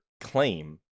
claim